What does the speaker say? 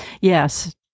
Yes